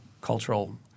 cultural